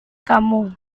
kamu